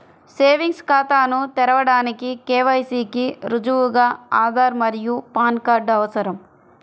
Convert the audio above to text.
savings ఖాతాను తెరవడానికి KYC కి రుజువుగా ఆధార్ మరియు పాన్ కార్డ్ అవసరం